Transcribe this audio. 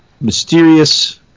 mysterious